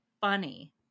funny